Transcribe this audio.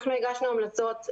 אנחנו הגשנו המלצות.